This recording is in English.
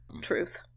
Truth